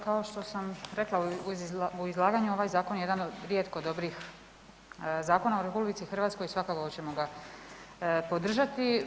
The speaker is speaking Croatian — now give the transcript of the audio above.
Kao što sam rekla u izlaganju ovaj zakon je jedan od rijetko dobrih zakona u RH i svakako ćemo ga podržati.